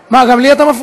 מה, גם לי אתה מפריע?